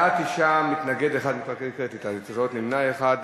בעד, 9, מתנגד אחד, נמנע אחד.